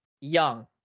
Young